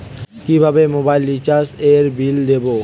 কিভাবে মোবাইল রিচার্যএর বিল দেবো?